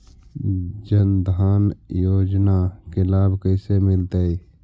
जन धान योजना के लाभ कैसे मिलतै?